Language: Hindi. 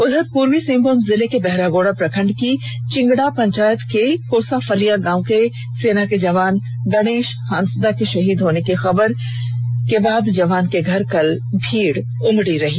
उधर पूर्वी सिंहभूम जिले के बहरागोड़ा प्रखंड की चिंगडा पंचायत के कोसाफलिया गांव के सेना के जवान गणेश हांसदा के शहीद होने की खबर जवान के घर कल भीड़ उमड़ पड़ी